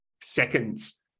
seconds